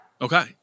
Okay